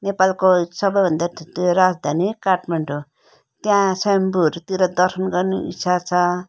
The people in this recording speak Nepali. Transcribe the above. नेपालको सबैभन्दा त्यो राजधानी काठमाडौँ त्यहाँ स्वयम्भूहरूतिर दर्शन गर्ने इच्छा छ